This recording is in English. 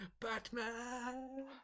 Batman